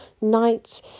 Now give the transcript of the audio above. night